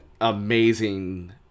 amazing